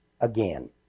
again